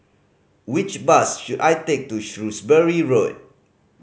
which bus should I take to Shrewsbury Road